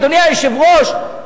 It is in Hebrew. אדוני היושב-ראש,